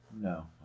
No